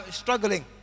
struggling